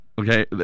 Okay